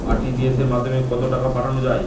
RTGS এর মাধ্যমে কত টাকা পাঠানো যায়?